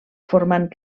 formant